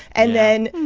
and then.